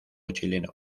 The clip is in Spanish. chileno